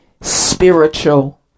spiritual